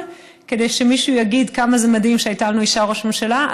כדי שמישהו יגיד כמה זה מדהים שהייתה לנו אישה ראש ממשלה.